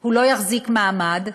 הוא לא יחזיק מעמד,